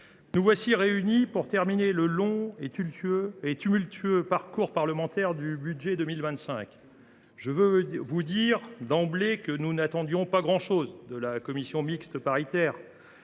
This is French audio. nous voilà réunis pour achever le long et tumultueux parcours parlementaire du budget pour 2025. Je veux vous dire d’emblée que nous n’attendions pas grand chose de la commission mixte paritaire